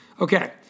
Okay